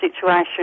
situation